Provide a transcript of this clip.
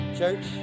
Church